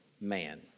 man